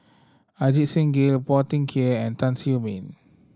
Ajit Singh Gill Phua Thin Kiay and Tan Siew Sin